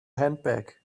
handbag